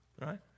right